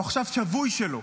הוא עכשיו שבוי שלו.